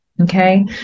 okay